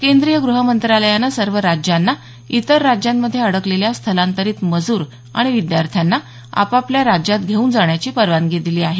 केंद्रीय गृह मंत्रालयानं सर्व राज्यांना इतर राज्यांमध्ये अडकलेल्या स्थलांतरित मजूर आणि विद्यार्थ्यांना आपापल्या राज्यात घेऊन जाण्याची परवानगी दिली आहे